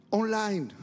online